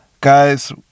guys